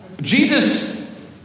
Jesus